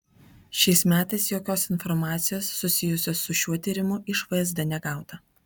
šiais metais jokios informacijos susijusios su šiuo tyrimu iš vsd negauta